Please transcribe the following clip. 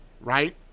right